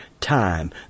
time